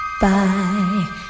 Bye